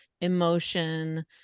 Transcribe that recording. emotion